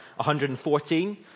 114